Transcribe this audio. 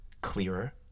clearer